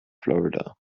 florida